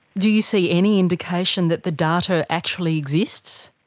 do you see any indication that the data actually exists?